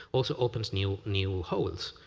also opens new new holes.